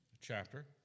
chapter